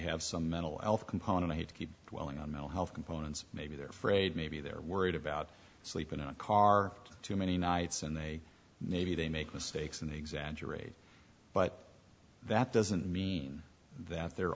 have some mental health component well in a male health components maybe they're afraid maybe they're worried about sleeping in a car too many nights and they maybe they make mistakes and exaggerate but that doesn't mean that they're